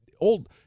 old